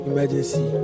Emergency